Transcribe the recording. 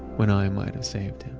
when i might have saved